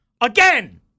Again